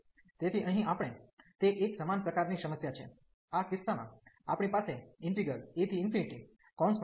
તેથી અહીં આપણે તે એક સમાન પ્રકારની સમસ્યા છે આ કિસ્સામાં આપણી પાસે a1 e xcos x x2dx છે